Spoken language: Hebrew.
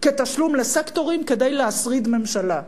כתשלום לסקטורים כדי להשריד ממשלה,